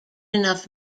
enough